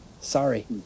Sorry